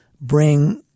bring